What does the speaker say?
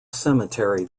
cemetery